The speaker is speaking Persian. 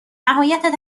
نهایت